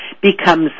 becomes